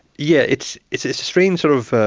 yeah it's it's a strange sort of,